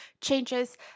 changes